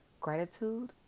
gratitude